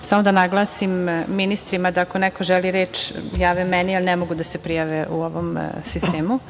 Samo da naglasim ministrima da ako neko želi reč da javi meni jer ne mogu da se prijave u ovom sistemu. Sledeći